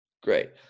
Great